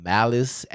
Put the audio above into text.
Malice